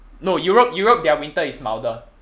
no europe europe their winter is milder